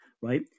Right